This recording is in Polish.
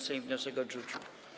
Sejm wniosek odrzucił.